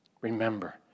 Remember